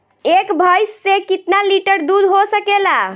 एक भइस से कितना लिटर दूध हो सकेला?